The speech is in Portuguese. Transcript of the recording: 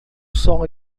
sol